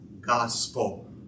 gospel